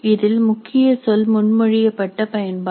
இதில் முக்கிய சொல் முன்மொழியப்பட்ட பயன்பாடு